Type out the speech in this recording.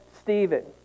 Stephen